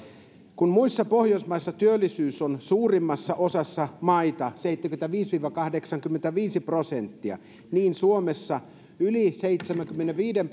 kun muissa pohjoismaissa työllisyys on suurimmassa osassa maita seitsemänkymmentäviisi viiva kahdeksankymmentäviisi prosenttia niin suomessa yli seitsemänkymmenenviiden